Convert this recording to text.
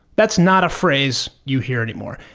that's not a phrase you hear any more.